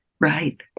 Right